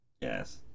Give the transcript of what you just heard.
yes